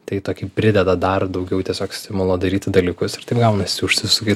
tai tokį prideda dar daugiau tiesiog stimulo daryti dalykus ir taip gaunasi užsisuki